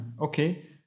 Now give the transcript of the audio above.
okay